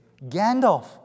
Gandalf